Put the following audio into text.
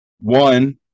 one